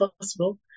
possible